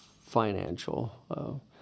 financial